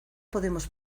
podemos